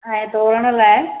ऐं धोअण लाइ